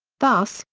thus,